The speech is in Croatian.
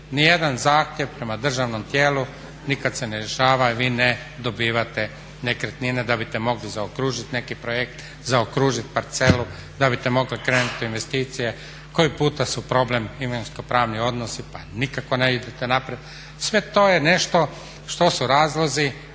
jedan zahtjev prema državnom tijelu, nikad se ne rješava i vi ne dobivate nekretnine da biste mogli zaokružiti neki projekt, zaokružiti parcelu, da biste mogli krenuti u investicije. Koji puta su problem imovinsko-pravni odnosi pa nikako ne idete naprijed. Sve to je nešto što su razlozi